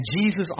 Jesus